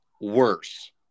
worse